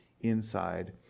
inside